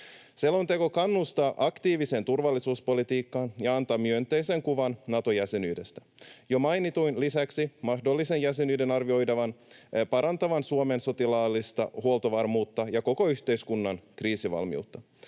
Selonteko kannustaa aktiiviseen turvallisuuspolitiikkaan ja antaa myönteisen kuvan Nato-jäsenyydestä. Jo mainitun lisäksi mahdollisen jäsenyyden arvioidaan parantavan Suomen sotilaallista huoltovarmuutta ja koko yhteiskunnan kriisivalmiutta.